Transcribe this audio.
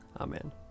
Amen